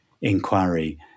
inquiry